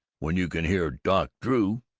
when you can hear doc drew!